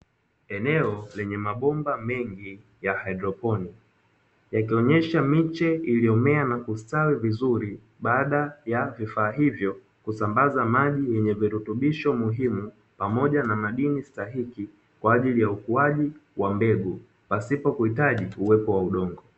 Eneo lenye mabomba mengi ya haidroponi yakionyesha miche iliyomea na kustawi vizuri baada ya vifaa hivyo kusambaza maji yenye virutubisho muhimu pamoja na madini stahiki kwa ajili ya ukuaji wa mbegu pasipo kuhitaji uwepo wa udongo.